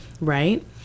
right